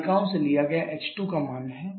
तालिकाओं से लिया गया h2 का मान है